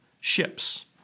ships